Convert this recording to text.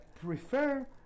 prefer